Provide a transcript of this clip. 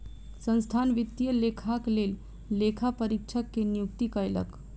संस्थान वित्तीय लेखाक लेल लेखा परीक्षक के नियुक्ति कयलक